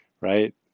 Right